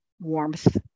warmth